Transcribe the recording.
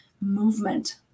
movement